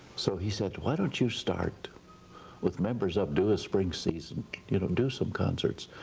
so he said, why don't you start with members of do a spring season you know do some concerts.